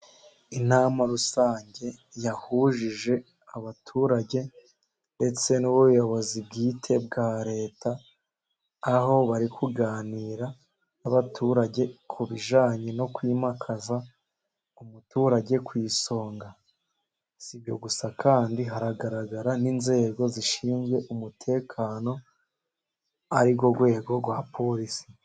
Inama rusange yahujije abaturage ndetse n'ubuyobozi bwite bwa Leta aho bari kuganira n'abaturage, ku bijyanye no kwimakaza umuturage ku isonga, sibyo gusa kandi haragaragara n'inzego zishinzwe umutekano ari rwo rwego rwa polisi.